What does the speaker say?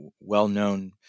well-known